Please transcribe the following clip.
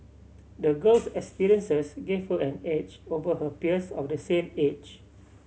the girl's experiences gave her an edge over her peers of the same age